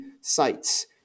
sites